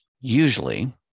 Usually